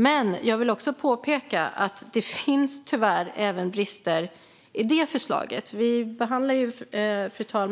Låt mig dock påpeka att det tyvärr finns brister i detta förslag. Utskottet behandlar nu detta,